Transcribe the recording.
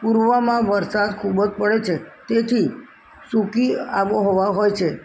પૂર્વમાં વરસાદ ખૂબ જ પડે છે તેથી સૂકી આબોહવા હોય છે